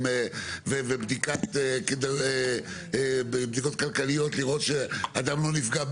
ובדיקות כלכליות לראות שאדם לא נפגע,